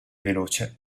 veloce